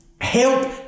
help